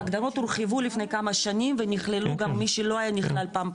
ההגדרות הורחבו לפני כמה שנים ונכללו גם מי שלא היה נכלל פעם,